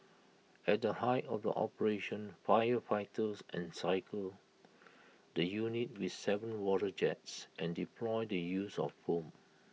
at the height of the operation firefighters encircled the units with Seven water jets and deployed the use of foam